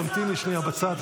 תמתיני שנייה בצד,